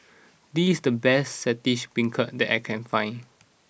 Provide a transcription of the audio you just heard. this is the best Saltish Beancurd that I can find